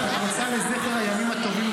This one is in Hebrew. לזכר הימים הטובים,